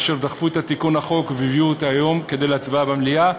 אשר דחפו את התיקון לחוק והביאו אותו היום להצבעה במליאה,